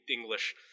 English